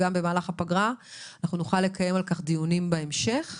אז אנחנו נוכל לקיים על כך דיונים בהמשך,